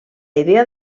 idea